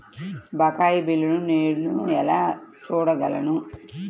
బకాయి బిల్లును నేను ఎలా చూడగలను?